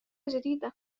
جديدة